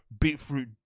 beetroot